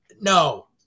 No